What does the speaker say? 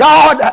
God